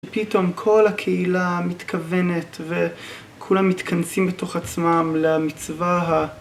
פתאום כל הקהילה מתכוונת וכולם מתכנסים בתוך עצמם למצווה.